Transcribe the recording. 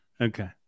Okay